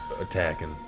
attacking